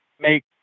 make